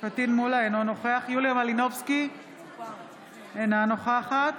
אינו נוכח יוליה מלינובסקי, אינה נוכחת